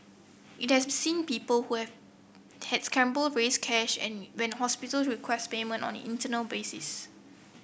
it has seen people who have had scramble raise cash when hospital request payment on an internal basis